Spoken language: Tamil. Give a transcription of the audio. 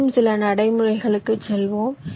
இன்னும் சில நடைமுறைகளுக்குச் செல்வோம்